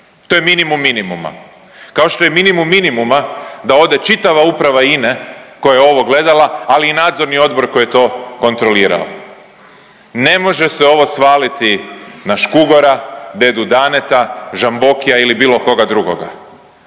to je minimum minimuma, kao što je minimum minimuma da ode čitava uprava INA-e koja je ovo gledala, ali i nadzorni odbor koji je to kontrolirao. Ne može se ovo svaliti na Škugora, Dedu Daneta, Žambokija ili bilo koga drugoga.